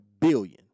billion